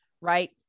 right